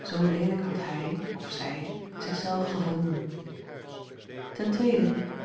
zoo leelijk had hij of zij zich zelf gevonden o